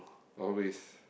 always